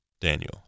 Daniel